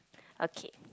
okay